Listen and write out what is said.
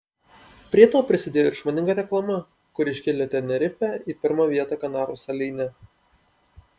prie to prisidėjo ir išmoninga reklama kuri iškėlė tenerifę į pirmą vietą kanarų salyne